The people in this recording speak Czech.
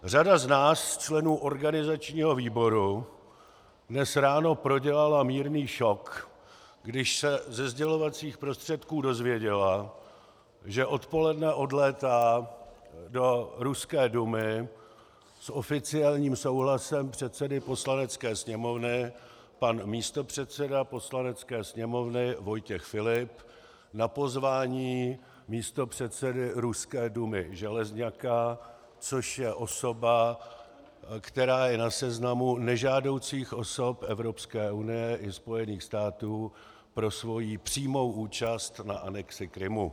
Řada z nás, členů organizačního výboru, dnes ráno prodělala mírný šok, když se ze sdělovacích prostředků dozvěděla, že odpoledne odlétá do ruské Dumy s oficiálním souhlasem předsedy Poslanecké sněmovny pan místopředseda Poslanecké sněmovny Vojtěch Filip na pozvání místopředsedy ruské Dumy Železňaka, což je osoba, která je na seznamu nežádoucích osob Evropské unie i Spojených států pro svoji přímou účast na anexi Krymu.